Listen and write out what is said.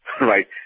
right